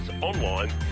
online